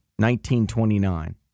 1929